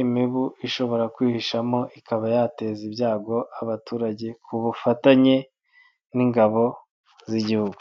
imibu ishobora kwihishamo ikaba yateza ibyago abaturage ku bufatanye n'ingabo z'igihugu.